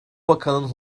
bakanın